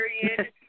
period